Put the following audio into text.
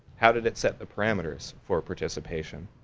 how did it set the parameters for participation?